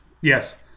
Yes